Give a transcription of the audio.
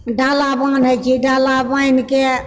डाला बान्हए छी डाला बान्हिके